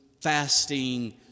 fasting